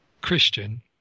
Christian